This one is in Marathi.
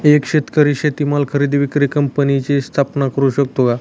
एक शेतकरी शेतीमाल खरेदी विक्री कंपनीची स्थापना करु शकतो का?